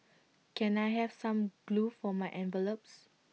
can I have some glue for my envelopes